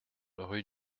rue